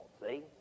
See